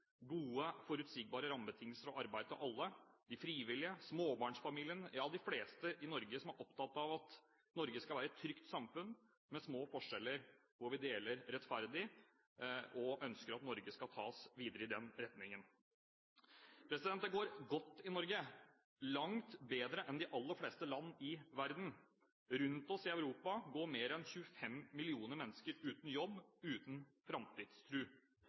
gode forutsigbare rammebetingelser og arbeid til alle – de frivillige, småbarnsfamiliene, ja, de fleste i Norge som er opptatt av at Norge skal være et trygt samfunn med små forskjeller, hvor vi deler rettferdig og ønsker at Norge skal tas videre i den retningen. Det går godt i Norge, langt bedre enn i de aller fleste land i verden. Rundt oss i Europa går mer enn 25 millioner mennesker uten jobb, uten